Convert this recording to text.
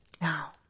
Now